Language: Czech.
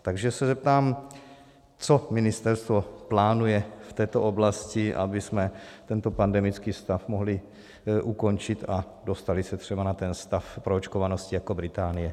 Takže se zeptám, co ministerstvo plánuje v této oblasti, abychom tento pandemický stav mohli ukončit a dostali se třeba na ten stav proočkovanosti jako Británie?